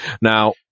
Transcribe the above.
Now